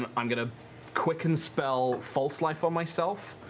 um i'm going to quickened spell, false life on myself